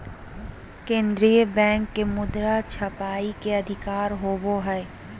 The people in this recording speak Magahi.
केन्द्रीय बैंक के मुद्रा छापय के अधिकार होवो हइ